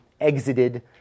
exited